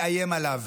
מאיים עליו,